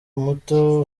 muto